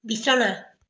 বিছনা